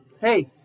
Hey